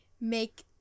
make